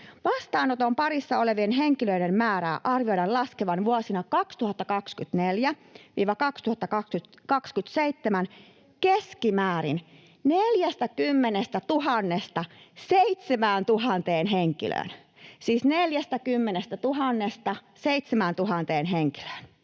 Vastaanoton parissa olevien henkilöiden määrän arvioidaan laskevan vuosina 2024—2027 keskimäärin 40 000:sta 7 000 henkilöön